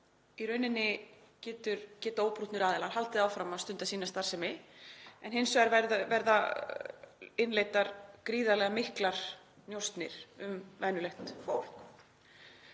í rauninni geta óprúttnir aðilar haldið áfram að stunda sína starfsemi en hins vegar verða innleiddar gríðarlega miklar njósnir um venjulegt fólk.